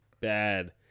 bad